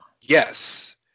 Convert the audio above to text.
Yes